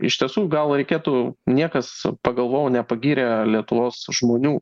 iš tiesų gal reikėtų niekas pagalvojau nepagyrė lietuvos žmonių